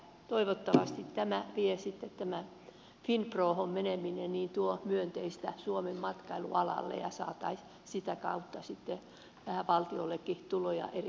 toivottavasti sitten tämä finprohon meneminen tuo myönteistä suomen matkailualalle ja saataisiin sitä kautta sitten vähän valtiollekin tuloja erilaisina